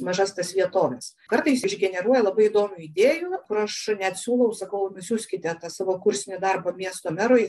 mažas tas vietoves kartais išgeneruoja labai įdomių idėjų kur aš net siųlau saku siųskite tą savo kursinį darbą miesto merui